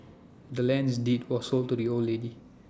the land's deed was sold to the old lady